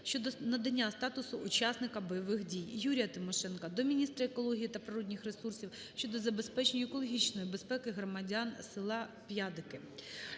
щодо надання статусу учасника бойових дій. ЮріяТимошенка до міністра екології та природних ресурсів щодо забезпечення екологічної безпеки громадян села П'ядики.